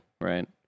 right